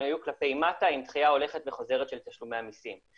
היו כלפי מטה עם דחייה הולכת וחוזרת של תשלומי המסים.